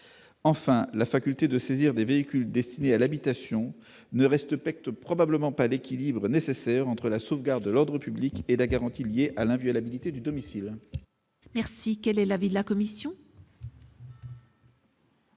Enfin, la faculté de saisir des véhicules destinés à l'habitation ne respecte probablement pas l'équilibre nécessaire entre la sauvegarde de l'ordre public et la garantie liée à l'inviolabilité du domicile. Quel est l'avis de la commission ?